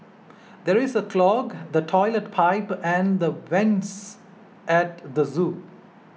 there is a clog the Toilet Pipe and the vents at the zoo